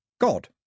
God